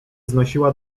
znosiła